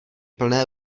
plné